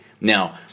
Now